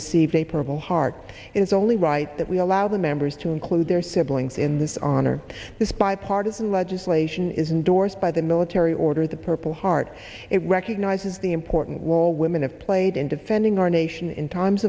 received a purple heart is only right that we allow the members to include their siblings in this honor this bipartisan legislation is endorsed by the military order the purple heart it recognizes the important role women have played in defending our nation in times